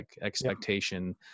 expectation